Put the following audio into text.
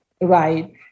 right